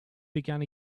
began